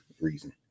reason